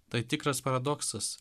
tai tikras paradoksas